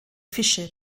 fische